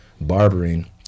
barbering